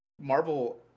Marvel